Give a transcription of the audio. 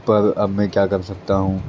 پر اب میں کیا کر سکتا ہوں